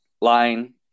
line